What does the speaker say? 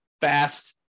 fast